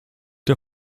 der